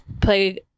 play